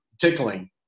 tickling